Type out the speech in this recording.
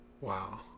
Wow